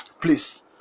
please